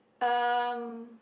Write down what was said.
um